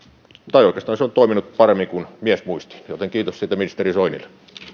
oikeastaan se on toiminut paremmin kuin miesmuistiin joten kiitos siitä ministeri